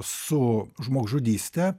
su žmogžudyste